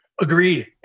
Agreed